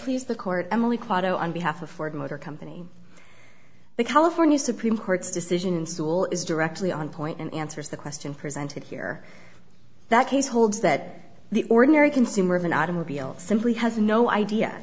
please the court emily quatro on behalf of ford motor company the california supreme court's decision school is directly on point and answers the question presented here that has holds that the ordinary consumer of an automobile simply has no idea